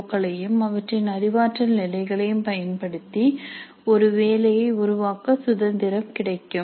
ஓ களையும் அவற்றின் அறிவாற்றல் நிலைகளையும் பயன்படுத்தி ஒரு வேலையை உருவாக்க சுதந்திரம் கிடைக்கும்